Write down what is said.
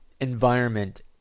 environment